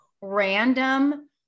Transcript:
random